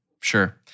Sure